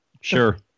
Sure